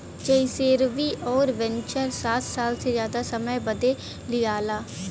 जइसेरवि अउर वेन्चर सात साल से जादा समय बदे लिआला